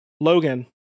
Logan